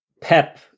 Pep